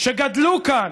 שגדלו כאן,